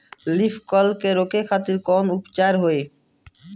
Leaf curl के रोके खातिर कउन उपचार होखेला?